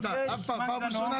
אף פעם לא שאלו אותה.